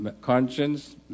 Conscience